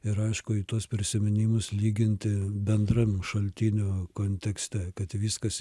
ir aišku į tuos prisiminimus lyginti bendrame šaltinio kontekste kad viskas